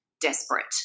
desperate